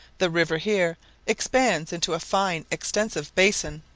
the river here expands into a fine extensive basin,